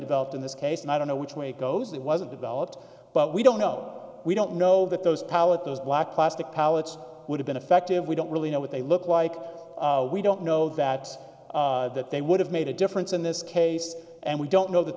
developed in this case and i don't know which way it goes that wasn't developed but we don't know we don't know that those pallet those black plastic pallets would have been effective we don't really know what they look like we don't know that that they would have made a difference in this case and we don't know that